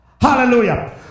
hallelujah